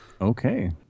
Okay